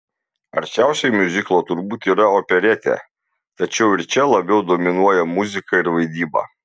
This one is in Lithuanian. arčiausiai miuziklo turbūt yra operetė tačiau ir čia labiau dominuoja muzika ir vaidyba